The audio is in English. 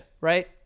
Right